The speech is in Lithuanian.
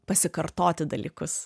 pasikartoti dalykus